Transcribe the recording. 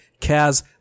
Kaz